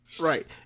Right